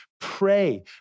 pray